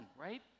right